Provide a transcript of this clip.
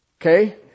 Okay